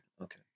Okay